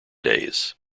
days